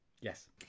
yes